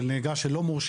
של נהיגה של לא מורשים,